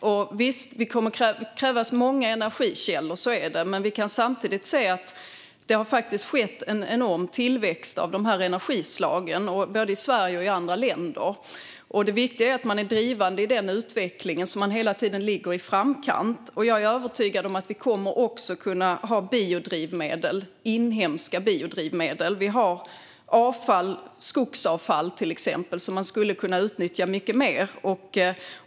Och visst, det kommer att krävas många energikällor, men vi kan samtidigt se att det faktiskt har skett en enorm tillväxt när det gäller dessa energislag, både i Sverige och i andra länder. Det viktiga är att man är drivande i den utvecklingen och hela tiden ligger i framkant. Jag är övertygad om att vi också kommer att kunna ha inhemska biodrivmedel. Vi har till exempel skogsavfall, som man skulle kunna utnyttja mycket mer.